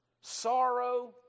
Sorrow